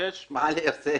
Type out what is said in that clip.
מה אני אעשה?